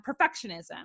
perfectionism